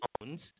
owns